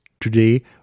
Today